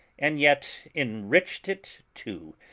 and yet enriched it too.